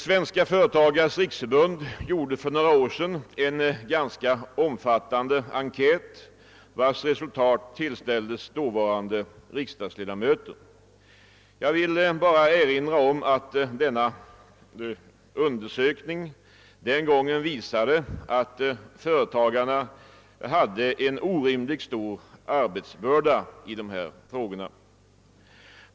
Svenska företagares riksförbund gjorde för några år sedan en ganska omfattande enkät, vars resultat tillställdes de dåvarande riksdagsledamöterna. Jag vill hara erinra om att denna undersökning visade att företagarna då hade en orimligt stor arbetsbörda.